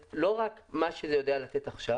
מה שזה יודע לתת עכשיו.